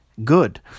Good